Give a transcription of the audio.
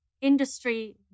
industry